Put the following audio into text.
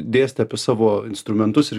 dėstė apie savo instrumentus ir